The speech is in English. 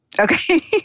Okay